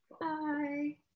Bye